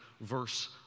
verse